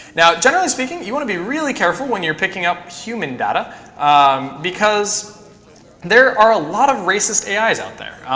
now, generally speaking, you want to be really careful when you're picking up human data because there are a lot of racist ais out there.